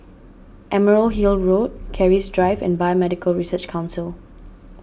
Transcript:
Emerald Hill Road Keris Drive and Biomedical Research Council